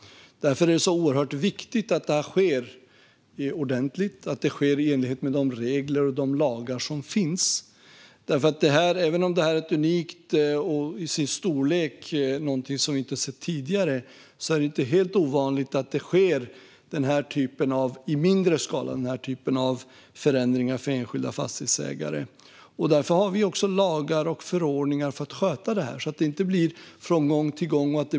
Därför är det oerhört viktigt att det här sker ordentligt och i enlighet med de regler och lagar som finns. Även om det är unikt och i en omfattning som vi inte har sett tidigare är det inte helt ovanligt att den här typen av förändringar sker i mindre skala, för enskilda fastighetsägare. För att kunna sköta sådant har vi också lagar och förordningar så att det inte blir något godtyckligt från gång till gång.